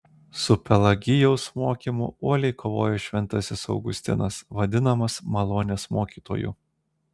su pelagijaus mokymu uoliai kovojo šventasis augustinas vadinamas malonės mokytoju